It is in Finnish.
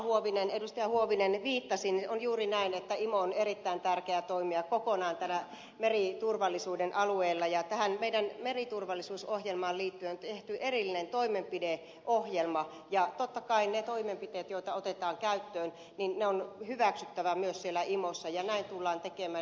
huovinen viittasi niin on juuri näin että imo on erittäin tärkeä toimija kokonaan täällä meriturvallisuuden alueella ja tähän meidän meriturvallisuusohjelmaan liittyen on tehty erillinen toimenpideohjelma ja totta kai ne toimenpiteet joita otetaan käyttöön on hyväksyttävä myös siellä imossa ja näin tullaan tekemään